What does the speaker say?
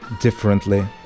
differently